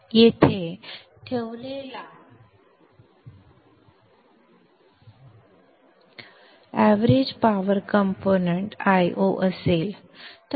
येथे ठेवलेला average power components Io असेल